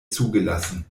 zugelassen